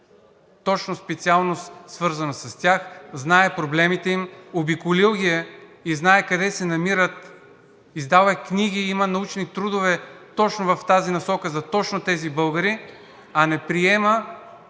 е със специалност, свързана с тях, знае проблемите им, обиколил ги е и знае къде се намират. Издал е книги, има научни трудове точно в тази насока за точно тези българи, а не приема,